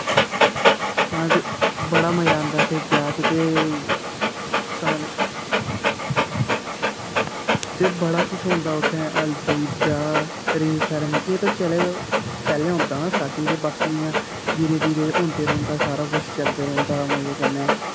हां ते बड़ा मज़ा औंदा फिर ब्याह् च ते बड़ा किश होंदा उत्थै हल्दी ब्याह् रिंग सैरमनी एह् ते पैह्लें होंदा ना स्टार्टिंग च ते बाकी इयां दिनें दिनें होदां रौंहदा सारा किश चलदे रौंह्दा मज़े कन्नै